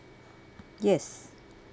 yes